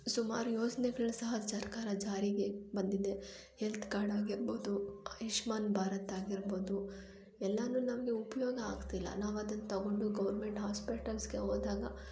ಸುಮಾರು ಯೋಜ್ನೆಗಳು ಸಹ ಸರ್ಕಾರ ಜಾರಿಗೆ ಬಂದಿದೆ ಎಲ್ತ್ ಕಾರ್ಡ್ ಆಗಿರ್ಬೋದು ಆಯುಷ್ಮಾನ್ ಭಾರತ ಆಗಿರ್ಬೋದು ಎಲ್ಲಾನು ನಮಗೆ ಉಪಯೋಗ ಆಗ್ತಿಲ್ಲ ನಾವು ಅದನ್ನ ತಗೊಂಡು ಗೌರ್ಮೆಂಟ್ ಹಾಸ್ಪಿಟಲ್ಸ್ಗೆ ಹೋದಾಗ